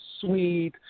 sweet